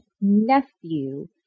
nephew